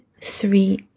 three